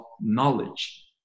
knowledge